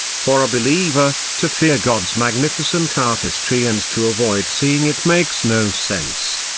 for a believer, to fear god's magnificent artistry and to avoid seeing it makes no sense.